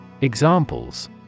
Examples